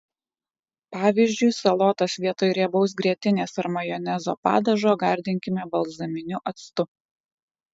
pavyzdžiui salotas vietoj riebaus grietinės ar majonezo padažo gardinkime balzaminiu actu